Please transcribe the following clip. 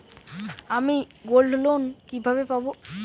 আমি গোল্ডলোন কিভাবে পাব?